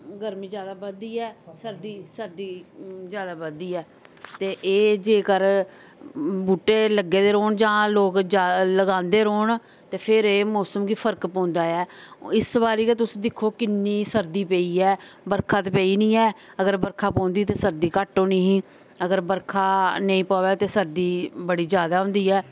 गर्मी ज्यादा बददी ऐ सर्दी सर्दी ज्यादा बददी ऐ ते एह् जेकर बूहटे लग्गे दे रौह्न जां लोक ज्यादा लगांदे रौह्न ते फिर एह् मौसम गी फर्क पौंदा ऐ इस्स बारी गै तुस दिक्खो किन्नी सर्दी पेई ऐ बर्खा ते पेई नी ऐ अगर बर्खा पौंदी ते सर्दी घट्ट होनी ही अगर बर्खा नेईं पवै ते सर्दी बड़ी ज्यादा होंदी ऐ